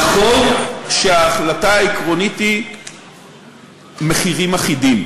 נכון שההחלטה העקרונית היא מחירים אחידים